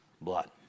blood